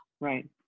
right